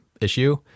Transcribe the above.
issue